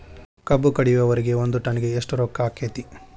ಕಬ್ಬು ಕಡಿಯುವರಿಗೆ ಒಂದ್ ಟನ್ ಗೆ ಎಷ್ಟ್ ರೊಕ್ಕ ಆಕ್ಕೆತಿ?